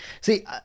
See